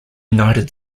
united